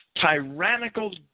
tyrannical